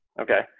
Okay